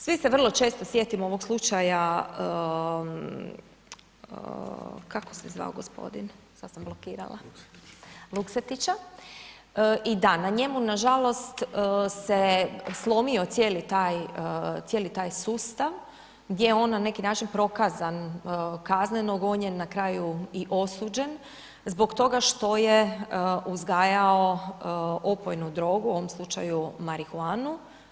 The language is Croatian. Svi se vrlo često sjetimo ovog slučaja, kako se zvao gospodin, sad sam blokirala, Luksetića i da, na njemu na žalost se slomio cijeli taj sustav gdje je on na neki način prokazan, kazneno gonjen, na kraju i osuđen zbog toga što je uzgajao opojnu drogu, u ovom slučaju marihuanu.